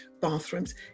bathrooms